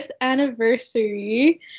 anniversary